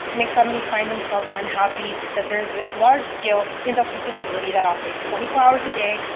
may suddenly find themselves unhappy that there's this large-scale industrial facility that operates twenty four hours a day,